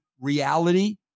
reality